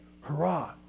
hurrah